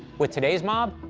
with today's mob,